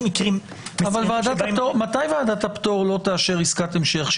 אבל מתי ועדת הפטור לא תאשר עסקת המשך?